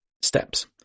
steps